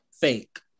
fake